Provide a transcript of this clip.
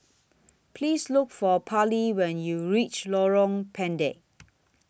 Please Look For Parlee when YOU REACH Lorong Pendek